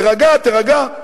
תירגע, תירגע.